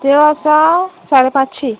त्यो आसा साडे पांचशी